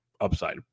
upside